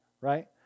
right